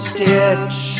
Stitch